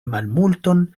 malmulton